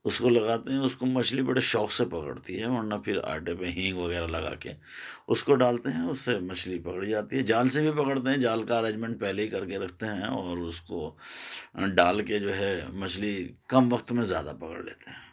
اس کو لگاتے ہیں اس کو مچھلی بڑے شوق سے پکڑتی ہے ورنہ پھر آٹے پہ ہینگ وغیرہ لگا کے اس کو ڈالتے ہیں اس سے مچھلی پکڑی جاتی ہے جال سے بھی پکڑتے ہیں جال کا ارینجمنٹ پہلے ہی کر کے رکھتے ہیں اور اس کو ڈال کے جو ہے مچھلی کم وقت میں زیادہ پکڑ لیتے ہیں